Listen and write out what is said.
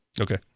okay